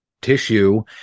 tissue